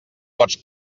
pots